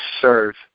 serve